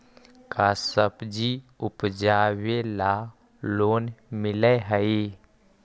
का सब्जी उपजाबेला लोन मिलै हई?